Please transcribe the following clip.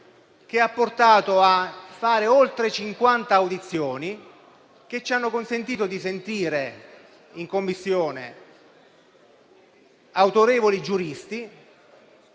che ha portato a fare oltre 50 audizioni, che ci hanno consentito di ascoltare in quella sede autorevoli giuristi,